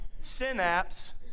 synapse